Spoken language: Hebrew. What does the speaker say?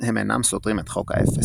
עוד הם אינם סותרים את "חוק האפס".